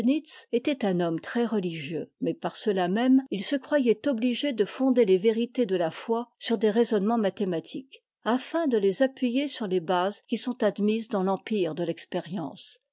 était un homme très re igieux mais par cela même il se croyait obligé de fonder les vérités de la foi sur des raisonnements mathématiques afin de les appuyer sur les bases qui sont admises dans f empirer de fexpérience